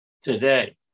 today